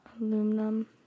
aluminum